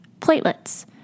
platelets